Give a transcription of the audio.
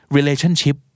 Relationship